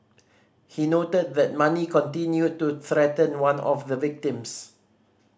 he noted that Mani continued to threaten one of the victims